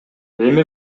эми